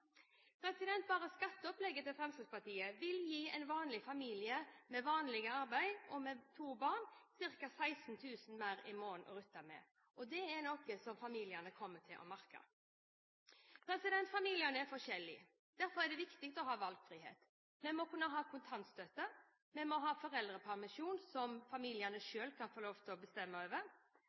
Bare skatteopplegget til Fremskrittspartiet vil gi en vanlig familie med vanlig arbeid og med to barn ca. 16 000 kr mer å rutte med. Det er noe som familiene kommer til å merke. Familiene er forskjellige, derfor er det viktig å ha valgfrihet. Vi må kunne ha kontantstøtte, og vi må ha foreldrepermisjon som familiene selv kan få lov til å bestemme over.